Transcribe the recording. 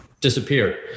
disappeared